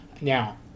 Now